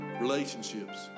relationships